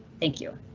thank you.